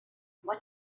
what